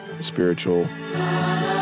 spiritual